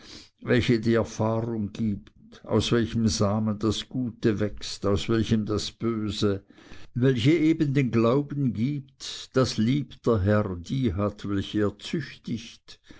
welche die erfahrung gibt aus welchem samen das gute wächst aus welchem das böse welche eben den glauben gibt daß lieb der herr die hat welche